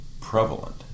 prevalent